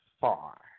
far